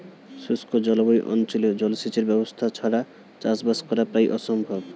শুষ্ক জলবায়ু অঞ্চলে জলসেচের ব্যবস্থা ছাড়া চাষবাস করা প্রায় অসম্ভব